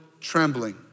trembling